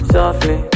Softly